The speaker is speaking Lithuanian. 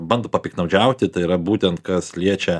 bando papiktnaudžiauti tai yra būtent kas liečia